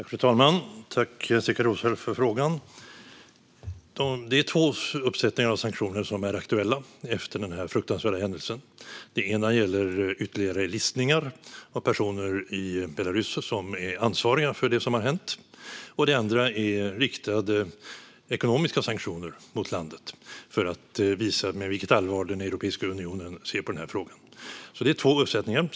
Fru talman! Tack, Jessika Roswall, för frågan! Det är två uppsättningar av sanktioner som är aktuella efter den här fruktansvärda händelsen. Den ena är ytterligare listningar av personer i Belarus som är ansvariga för det som har hänt. Den andra är riktade ekonomiska sanktioner mot landet för att visa med vilket allvar Europeiska unionen ser på den här frågan. Det är två uppsättningar.